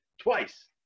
twice